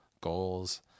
Goals